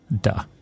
duh